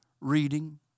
reading